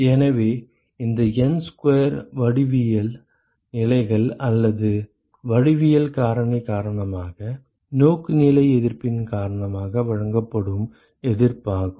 எனவே இந்த N square வடிவியல் நிலைகள் அல்லது வடிவியல் காரணி காரணமாக நோக்குநிலை எதிர்ப்பின் காரணமாக வழங்கப்படும் எதிர்ப்பாகும்